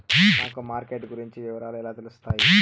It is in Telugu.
నాకు మార్కెట్ గురించి వివరాలు ఎలా తెలుస్తాయి?